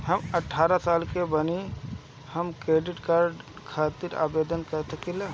हम अठारह साल के बानी हम क्रेडिट कार्ड खातिर आवेदन कर सकीला?